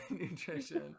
nutrition